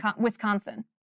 Wisconsin